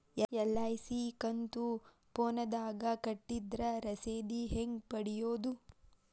LIC ಕಂತು ಫೋನದಾಗ ಕಟ್ಟಿದ್ರ ರಶೇದಿ ಹೆಂಗ್ ಪಡೆಯೋದು?